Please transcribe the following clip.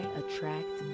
attract